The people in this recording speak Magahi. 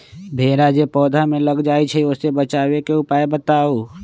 भेरा जे पौधा में लग जाइछई ओ से बचाबे के उपाय बताऊँ?